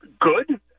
good